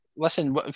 Listen